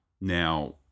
now